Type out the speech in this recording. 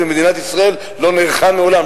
ומדינת ישראל לא נערכה מעולם,